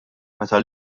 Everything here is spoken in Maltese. meta